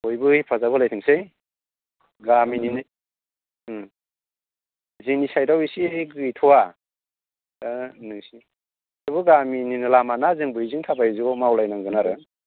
बयबो हेफाजाब होलायथोंसै गामिनिनो जोंनि साइटआव इसि गैथ'वा दा नोंसि थेवबो गामिनिनो लामाना जोंबो बेजोंनो थाबायो ज' मावलायनांगोन आरो